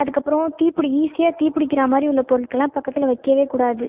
அதுக்கப்புறம் தீப்புடி ஈஸியாக தீப்பிடிக்கிற மாதிரி உள்ள பொருட்களை பக்கத்தில் வைக்கவே கூடாது